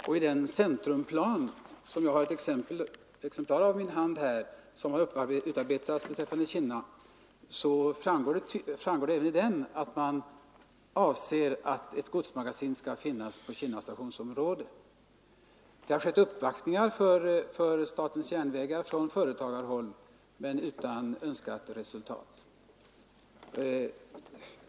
Av den centrumplan som jag har ett exemplar av i min hand och som har utarbetats beträffande Kinna framgår också att man utgår från att ett 63 godsmagasin skall finnas på Kinna stationsområde. Från företagarhåll har man uppvaktat SJ men utan önskat resultat.